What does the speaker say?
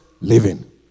living